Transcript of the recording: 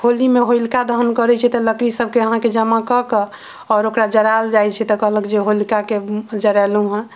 होली मे होलिका दहन करै छै तऽ लकड़ी सबके अहाँके जमा कऽ के आओर ओकरा जरायल जाइ छै तऽ कहलक जे होलिका के जरेलहुॅं हँ